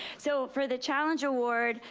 so for the challenge award,